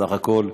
בסך הכול,